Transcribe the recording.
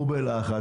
הוא בלחץ,